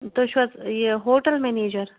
تُہُۍ چھِو حظ یہٕ ہوٹَل میٚنیٚجر